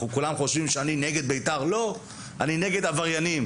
כולם חושבים שאני נגד בית"ר לא אני נגד עבריינים,